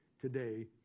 today